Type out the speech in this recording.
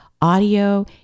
audio